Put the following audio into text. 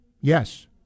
Yes